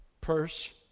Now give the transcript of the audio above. purse